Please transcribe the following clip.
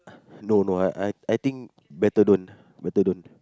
no no I I think better don't better don't